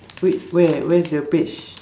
wait where where's the page